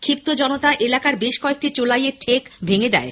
ক্ষিপ্ত জনতা এলাকার বেশ কয়েকটি চোলাইয়ের ঠেক ভেঙ্গে দেয়